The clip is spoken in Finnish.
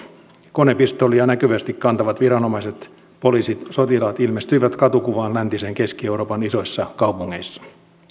konepistoolia näkyvästi kantavat viranomaiset poliisit sotilaat ilmestyivät katukuvaan läntisen keski euroopan isoissa kaupungeissa